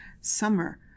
summer